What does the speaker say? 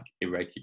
irregular